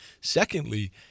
Secondly